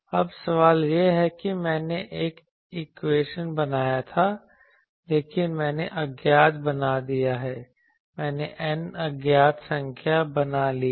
अब सवाल यह है कि मैंने एक इक्वेशन बनाया था लेकिन मैंने अज्ञात बना दिया है मैंने N अज्ञात संख्या बना ली है